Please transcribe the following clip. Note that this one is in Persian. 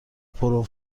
پرو